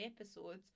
episodes